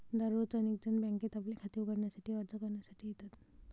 दररोज अनेक जण बँकेत आपले खाते उघडण्यासाठी अर्ज करण्यासाठी येतात